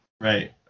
Right